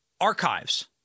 archives